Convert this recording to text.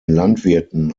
landwirten